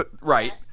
right